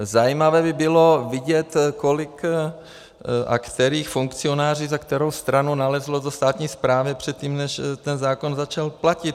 Zajímavé by bylo vidět, kolik a kteří funkcionáři za kterou stranu nalezli do státní správy předtím, než ten zákon začal platit.